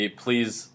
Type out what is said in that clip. please